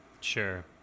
sure